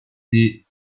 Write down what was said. des